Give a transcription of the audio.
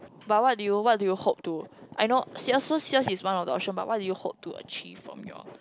but what do you what do you hope to I know sale so sales is one of the option but what do you hope to achieve from your